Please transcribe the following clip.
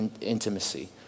intimacy